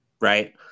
right